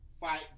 Fight